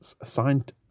assigned